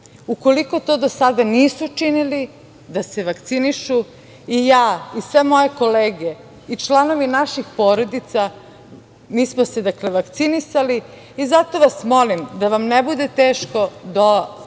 ukoliko to do sada nisu učinili, da se vakcinišu. I ja, i sve moje kolege, i članovi naših porodica, mi smo se vakcinisali i zato vas molim da vam ne bude teško da